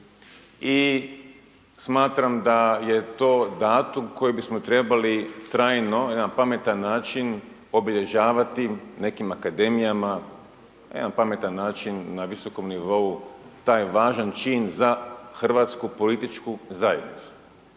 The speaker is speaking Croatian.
i smatram da je to datum kojeg bismo trebali trajno na jedan pametan način obilježavati nekim akademijama, na jedan pametan način na visokom nivou taj važan čin za hrvatsku političku zajednicu.